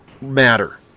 matter